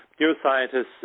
neuroscientists